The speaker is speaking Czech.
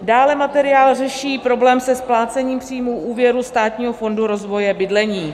Dále materiál řeší problém se splácením příjmů úvěru Státního fondu rozvoje bydlení.